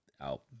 out